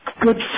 good